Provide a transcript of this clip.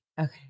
Okay